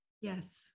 yes